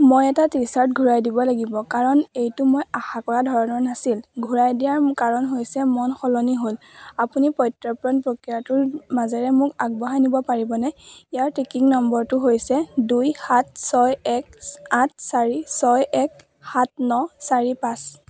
মই এটা T shirt ঘূৰাই দিব লাগিব কাৰণ এইটো মই আশা কৰা ধৰণৰ নাছিল ঘূৰাই দিয়াৰ কাৰণ হৈছে মন সলনি হ'ল আপুনি প্ৰত্যৰ্পণ প্ৰক্ৰিয়াটোৰ মাজেৰে মোক আগবঢ়াই নিব পাৰিবনে ইয়াৰ ট্ৰেকিং নম্বৰটো হৈছে দুই সাত ছয় এক আঠ চাৰি ছয় এক সাত ন চাৰি পাঁচ